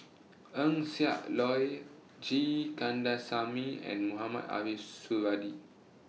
Eng Siak Loy G Kandasamy and Mohamed Ariff Suradi